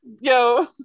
yo